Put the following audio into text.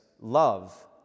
love